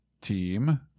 team